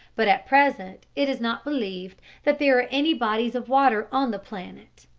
but at present it is not believed that there are any bodies of water on the planet.